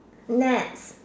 next